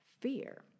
fear